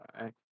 right